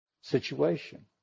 situation